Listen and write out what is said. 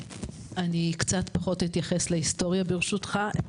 אני קצת פחות אתייחס להיסטוריה ברשותך.